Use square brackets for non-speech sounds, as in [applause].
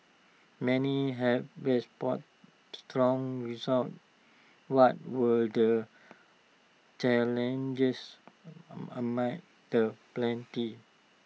many have [unintelligible] strong results what were the challenges A amid the plenty